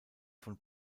von